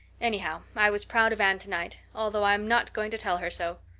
anyhow, i was proud of anne tonight, although i'm not going to tell her so.